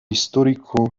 histórico